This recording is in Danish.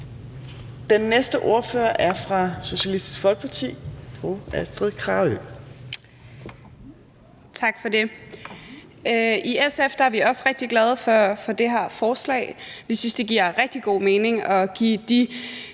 Den næste ordfører er fra Socialistisk Folkeparti, fru Astrid Carøe.